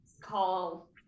call